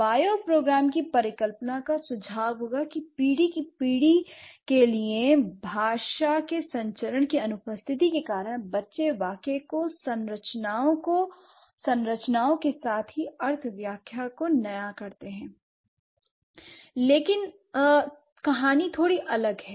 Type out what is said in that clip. bioprogram की परिकल्पना का सुझाव होगा कि पीढ़ी की पीढ़ी के लिए भाषा के संचरण की अनुपस्थिति के कारण बच्चे वाक्य को संरचनाओं के साथ ही अर्थ व्याख्या को नया करते हैं l लेकिन कहानी थोड़ी अलग है